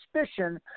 suspicion